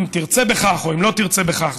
אם תרצה בכך או אם לא תרצה בכך,